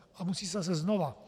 A musí se zase znova.